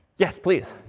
yes, please.